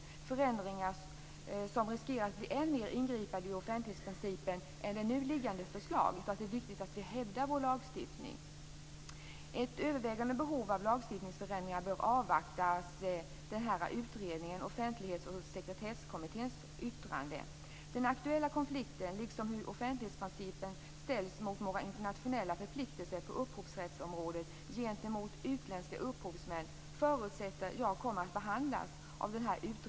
Det är förändringar som riskerar att bli än mer ingripande i offentlighetsprincipen än det nu liggande förslaget. Det är viktigt att vi hävdar vår lagstiftning. Man bör avvakta med ett övervägande av behovet av lagstiftningsförändringar till dess yttrandet kommit från Offentlighets och sekretesskommittén. Jag förutsätter att utredningen kommer att behandla den aktuella konflikten liksom hur offentlighetsprincipen nu ställs mot våra internationella förpliktelser på upphovsrättsområdet gentemot utländska upphovsmän.